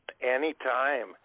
anytime